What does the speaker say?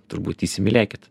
turbūt įsimylėkit